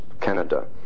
Canada